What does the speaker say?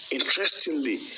Interestingly